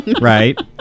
Right